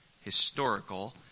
historical